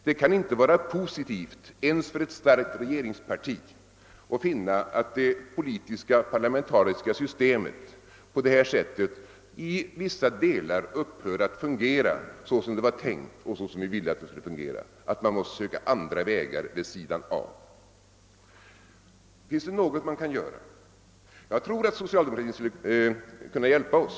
Det kan inte vara positivt ens för ett starkt regeringsparti att finna att det politiska, parlamentariska systemet på detta sätt i vissa delar upphör att fungera så som det är tänkt och så som vi ville att det skulle fungera, varför man måste söka andra vägar vid sidan av detta. Vad kan man då göra? Jag tror att socialdemokratin skulle kunna hjälpa oss.